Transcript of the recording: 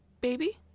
baby